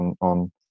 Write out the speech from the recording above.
on